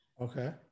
Okay